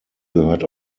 gehört